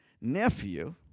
nephew